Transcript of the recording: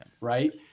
Right